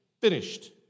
finished